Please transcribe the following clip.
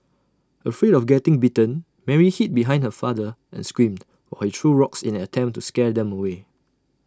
afraid of getting bitten Mary hid behind her father and screamed while he threw rocks in an attempt to scare them away